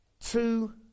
two